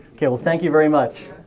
okay well thank you very much.